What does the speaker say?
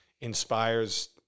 inspires